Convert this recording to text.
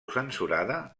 censurada